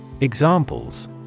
Examples